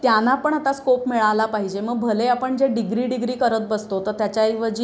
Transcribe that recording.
त्याना पण आता स्कोप मिळाला पाहिजे मग भले आपण जे डिग्री डिग्री करत बसतो तर त्याच्याऐवजी